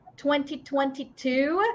2022